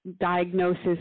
diagnosis